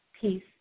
peace